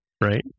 right